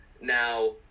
Now